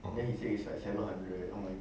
then he say it's like seven hundred online